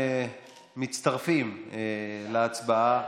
מצטרפים להצבעה,